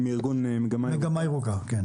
אני סתיו מטרי, מארגון מגמה ירוקה.